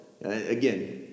again